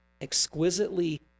exquisitely